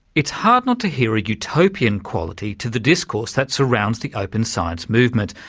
it's hard not to hear a utopian quality to the discourse that surrounds the open science movement,